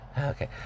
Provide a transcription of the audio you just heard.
Okay